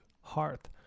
heart